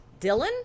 Dylan